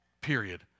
Period